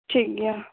ᱴᱷᱤᱠ ᱜᱮᱭᱟ